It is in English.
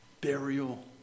burial